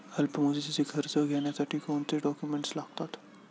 अल्पमुदतीचे कर्ज घेण्यासाठी कोणते डॉक्युमेंट्स लागतात?